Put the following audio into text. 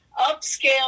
upscale